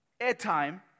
airtime